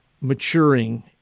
maturing